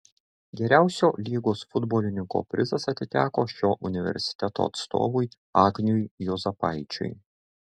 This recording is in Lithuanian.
geriausio lygos futbolininko prizas atiteko šio universiteto atstovui agniui juozapaičiui